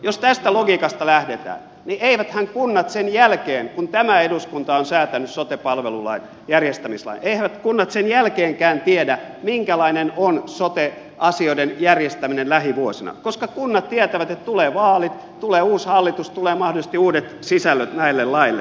jos tästä logiikasta lähdetään niin eiväthän kunnat sen jälkeenkään kun tämä eduskunta on säätänyt sote palvelulain järjestämislain tiedä minkälainen on sote asioiden järjestäminen lähivuosina koska kunnat tietävät että tulee vaalit tulee uusi hallitus tulee mahdollisesti uudet sisällöt näille laeille